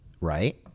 right